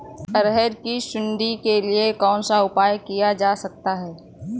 अरहर की सुंडी के लिए कौन सा उपाय किया जा सकता है?